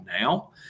now